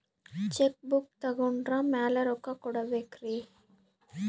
Check book ತೊಗೊಂಡ್ರ ಮ್ಯಾಲೆ ರೊಕ್ಕ ಕೊಡಬೇಕರಿ?